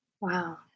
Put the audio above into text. Wow